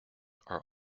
are